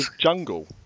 Jungle